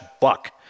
buck